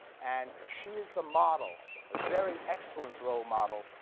and she is the model, a very excellent role model,